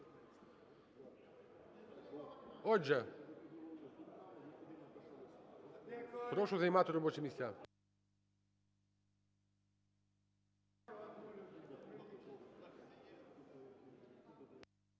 Отже, прошу займати робочі місця.